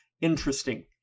interesting